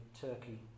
Turkey